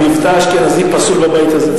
המבטא האשכנזי פסול בבית הזה,